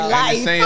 life